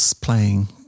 playing